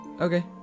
okay